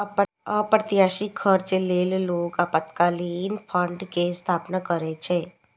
अप्रत्याशित खर्च लेल लोग आपातकालीन फंड के स्थापना करै छै